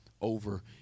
over